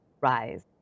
RISE